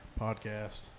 podcast